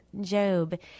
Job